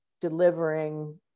delivering